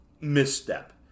misstep